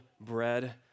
bread